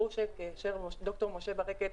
ברור שד"ר משה ברקת,